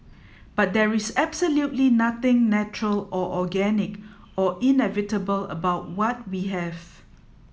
but there is absolutely nothing natural or organic or inevitable about what we have